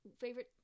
Favorite